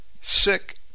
Sick